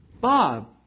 Bob